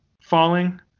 falling